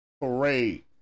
parade